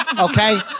Okay